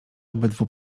obydwu